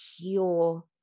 pure